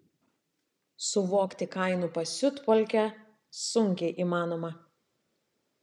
suvokti kainų pasiutpolkę sunkiai įmanoma